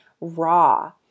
raw